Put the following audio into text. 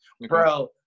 bro